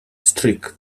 streak